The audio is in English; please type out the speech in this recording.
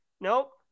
Nope